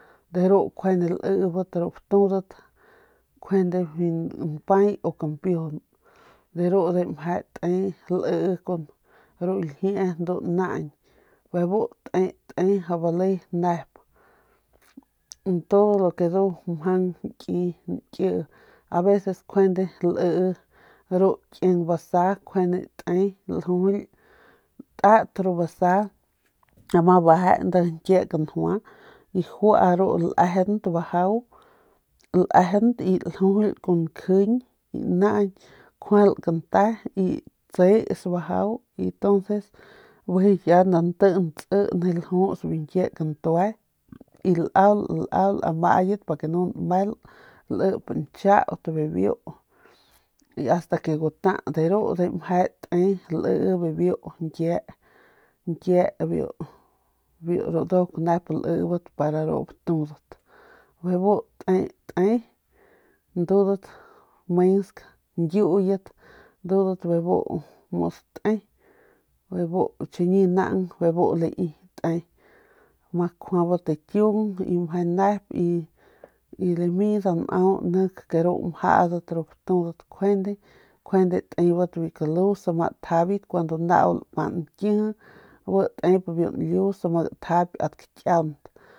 Nkjuande npay y kampiujun de ru ndujuy meje te ru ljiee ndu naañ bijiy bu te te mjau bale nep y todo lo ke ndu mjang nki nkii aveces te ru kieng basa ljujuly tat ru basa ma beje kie kanjua y njua ru lejeunt bajau y ljujul kun nkjiñ y naañ kjual kante y tses bajau y tonces ya kun nda nti ntsi ya ljus biu nkie kantue y laul laul pa nu nmel y lip nchaut ast ke guta ru ndujuy meje te lii biu nkie pik libat ru batudat bebu te te ndudat mens nyuuyet bijiy bu te chñi naang bebu lai nep te y kjuabat kiung y lami nda nmau ke nduk mjadat ru batudat kjuende tebat biu kalus ma tjaybat nau lapa nkiji bi tep biu kalus ma tjayp ast biu kakiaunt